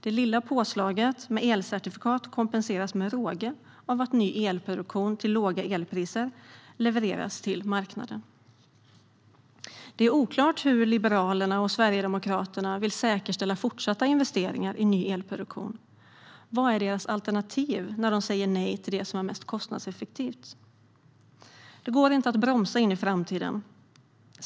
Det lilla påslaget med elcertifikat kompenseras med råge av att ny elproduktion till låga elpriser levereras till elmarknaden. Det är oklart hur Liberalerna och Sverigedemokraterna vill säkerställa fortsatta investeringar i ny elproduktion. Vad är deras alternativ när de säger nej till det som är mest kostnadseffektivt? Det går inte att bromsa in i framtiden.